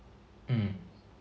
mm